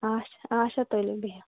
آچھا آچھا تُلِو بِہِو